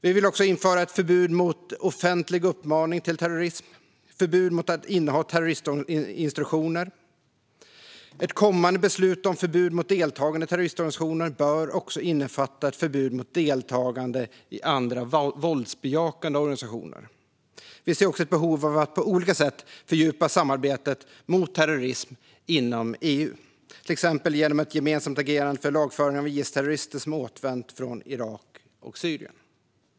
Vi vill införa förbud mot offentlig uppmaning till terrorism och förbud mot att inneha terroristinstruktioner. Ett kommande beslut om förbud mot deltagande i terroristorganisationer bör också innefatta ett förbud mot deltagande i andra våldsbejakande organisationer. Vi ser ett behov av att på olika sätt fördjupa samarbetet mot terrorism inom EU, till exempel genom ett gemensamt agerande för lagföring av IS-terrorister som har återvänt från Irak och Syrien.